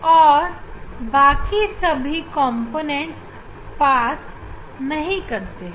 और बाकी सभी कॉम्पोनेंट पास नहीं कर पाते हैं